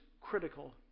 critical